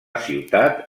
ciutat